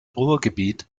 ruhrgebiet